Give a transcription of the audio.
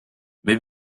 may